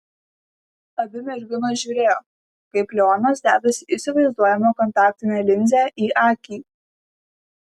abi merginos žiūrėjo kaip leonas dedasi įsivaizduojamą kontaktinę linzę į akį